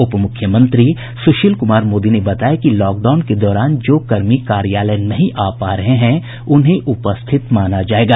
उप मुख्यमंत्री सुशील कुमार मोदी ने बताया कि लॉकडाउन के दौरान जो कर्मी कार्यालय नहीं आ पा रहे हैं उन्हें उपस्थित माना जायेगा